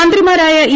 മന്ത്രിമാരായ ഇ